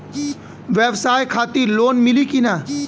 ब्यवसाय खातिर लोन मिली कि ना?